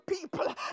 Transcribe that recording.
people